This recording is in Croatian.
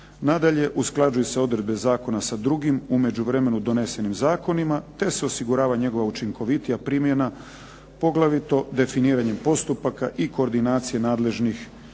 Nadalje, usklađuje se odredbe zakona sa drugim u međuvremenu donesenim zakonima te se osigurava njegova učinkovitija primjena poglavito definiranjem postupaka i koordinacije nadležnih tijela.